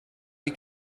wie